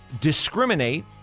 discriminate